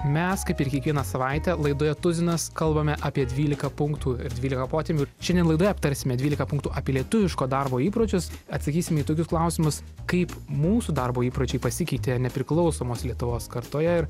mes kaip ir kiekvieną savaitę laidoje tuzinas kalbame apie dvylika punktų ir dvylika potemių šiandien laidoje aptarsime dvylika punktų apie lietuviško darbo įpročius atsakysim į tokius klausimus kaip mūsų darbo įpročiai pasikeitė nepriklausomos lietuvos kartoje ir